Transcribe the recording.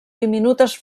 diminutes